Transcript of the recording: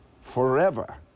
forever